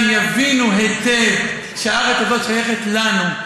יבינו היטב שהארץ הזאת שייכת לנו,